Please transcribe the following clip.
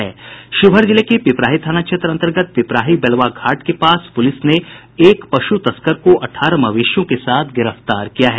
शिवहर जिले के पिपराही थाना क्षेत्र अंतर्गत पिपराही बेलवा घाट के पास पुलिस ने एक पशु तस्कर को अठारह मवेशियों के साथ गिरफ्तार किया है